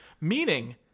Meaning